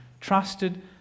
trusted